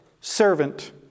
servant